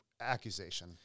accusation